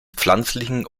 pflanzlichen